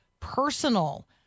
personal